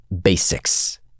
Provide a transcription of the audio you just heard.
basics